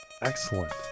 Excellent